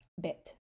bit